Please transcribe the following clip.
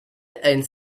and